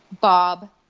Bob